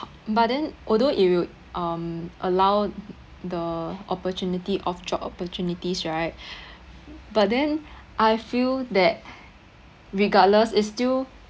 but then although it will um allow the opportunity of job opportunities right but then I feel that regardless is still